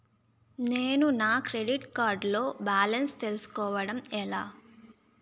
నేను నా credit card లో బాలన్స్ తెలుసుకోవడం ఎలా?